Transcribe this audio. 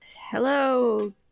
Hello